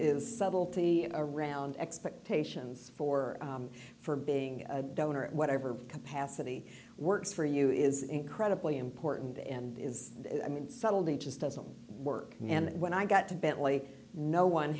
is subtlety around expectations for for being a donor or whatever capacity works for you is incredibly important and is i mean subtlety just doesn't work and when i got to bentley no one